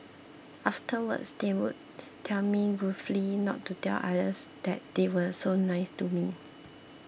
afterwards they would tell me gruffly not to tell others that they were so nice to me